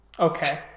Okay